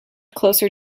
closer